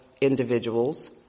individuals